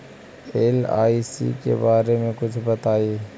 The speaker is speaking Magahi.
एल.आई.सी के बारे मे कुछ बताई?